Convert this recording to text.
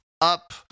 up